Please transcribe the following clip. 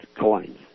coins